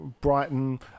Brighton